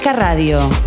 Radio